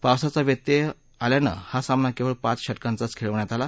पावसाचा व्यत्यय आल्यान हा सामना केवळ पाच षटकांचा खेळवण्यात आला